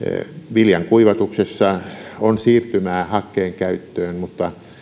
viljan kuivatuksessa on siirtymää hakkeen käyttöön mutta